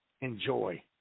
Enjoy